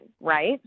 Right